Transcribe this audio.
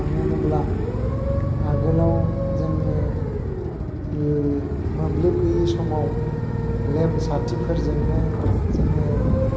मानो होनोब्ला आगोलाव जोङो मोब्लिब गैयि समाव लेम साथिफोरजोंनो जोङो